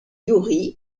iouri